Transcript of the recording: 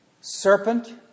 serpent